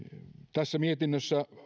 tässä mietinnössä